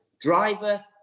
driver